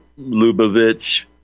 Lubavitch